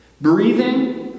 breathing